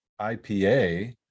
ipa